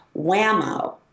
Whammo